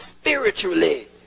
spiritually